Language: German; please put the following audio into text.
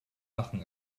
lachen